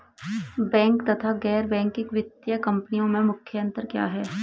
Bank तथा गैर banking वित्तीय कंपनियों में मुख्य अंतर क्या है?